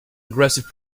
aggressive